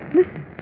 Listen